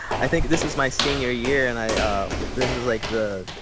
i think this is my senior year. and i this is, like, the